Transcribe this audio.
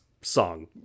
song